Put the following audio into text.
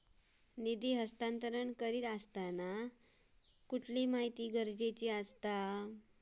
निधी हस्तांतरण करीत आसताना कसली माहिती गरजेची आसा?